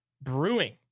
brewing